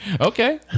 Okay